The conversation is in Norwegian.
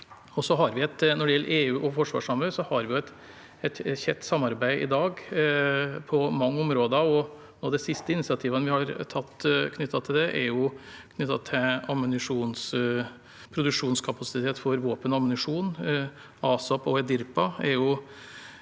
Når det gjelder EU og forsvarssamarbeid, har vi et tett samarbeid i dag på mange områder. Det siste initiativet vi har tatt i forbindelse med det, er knyttet til produksjonskapasitet for våpen og ammunisjon. ASAP og EDIRPA er